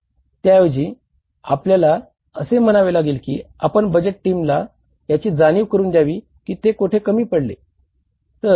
त्याऐवजी आपल्याला असे म्हणावे लागेल कि आपण बजेट टीमला याची जाणीव करून द्यावी की ते कोठे कमी पडले